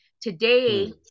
Today